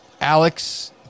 Alex